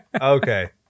Okay